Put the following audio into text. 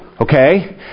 okay